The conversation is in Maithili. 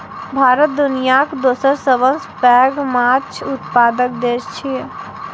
भारत दुनियाक दोसर सबसं पैघ माछ उत्पादक देश छियै